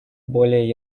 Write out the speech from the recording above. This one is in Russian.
более